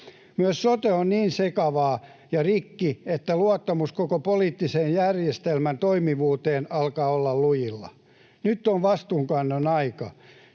Myös sote on niin sekava ja rikki, että luottamus koko poliittisen järjestelmän toimivuuteen alkaa olla lujilla. Nyt on vastuunkannon aika.